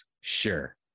sure